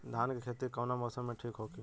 धान के खेती कौना मौसम में ठीक होकी?